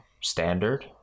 Standard